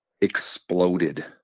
exploded